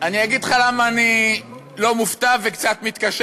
אני אגיד לך למה אני לא מופתע וקצת מתקשה